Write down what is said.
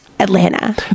Atlanta